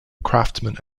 craftsman